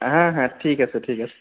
হাঁ হাঁ ঠিক আছে ঠিক আছে